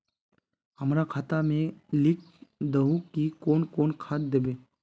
हमरा खाता में लिख दहु की कौन कौन खाद दबे?